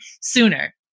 sooner